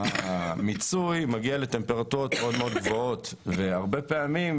המיצוי מגיע לטמפרטורות מאוד גבוהות והרבה פעמים,